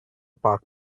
park